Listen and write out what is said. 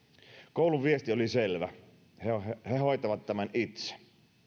koulun viesti oli selvä he hoitavat tämän itse